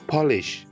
Polish